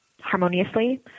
harmoniously